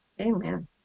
Amen